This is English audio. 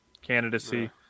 candidacy